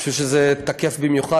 אני חושב שזה תקף במיוחד.